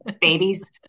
babies